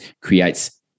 creates